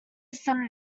sudden